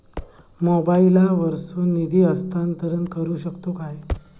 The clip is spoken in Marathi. मोबाईला वर्सून निधी हस्तांतरण करू शकतो काय?